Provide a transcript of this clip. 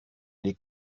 les